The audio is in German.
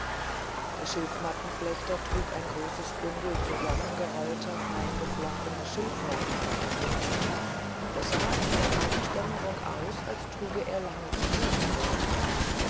der schilfmattenflechter trug ein großes bündel zusammengerollter feingeflochtener schilfmatten auf dem rücken das sah in der abenddämmerung aus als trüge er lange